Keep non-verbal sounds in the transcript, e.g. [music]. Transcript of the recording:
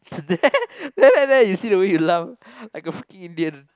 there [laughs] there there there you see the way you laugh like a freaking Indian